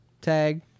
Tag